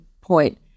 point